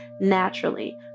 naturally